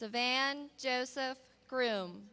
the van joseph groom